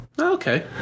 Okay